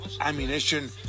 ammunition